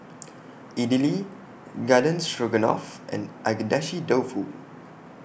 Idili Garden Stroganoff and Agedashi Dofu